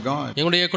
God